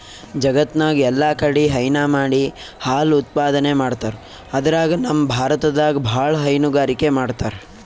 ಜಗತ್ತ್ನಾಗ್ ಎಲ್ಲಾಕಡಿ ಹೈನಾ ಮಾಡಿ ಹಾಲ್ ಉತ್ಪಾದನೆ ಮಾಡ್ತರ್ ಅದ್ರಾಗ್ ನಮ್ ಭಾರತದಾಗ್ ಭಾಳ್ ಹೈನುಗಾರಿಕೆ ಮಾಡ್ತರ್